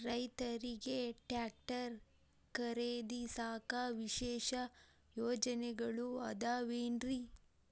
ರೈತರಿಗೆ ಟ್ರ್ಯಾಕ್ಟರ್ ಖರೇದಿಸಾಕ ವಿಶೇಷ ಯೋಜನೆಗಳು ಅದಾವೇನ್ರಿ?